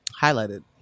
highlighted